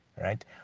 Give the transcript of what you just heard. right